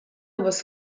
was